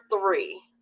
three